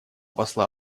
посла